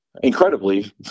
incredibly